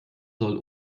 soll